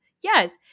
Yes